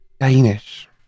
Danish